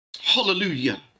hallelujah